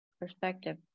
perspective